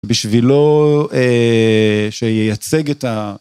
בשבילו שייצג את ה...